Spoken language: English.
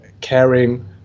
caring